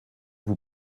vous